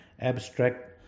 abstract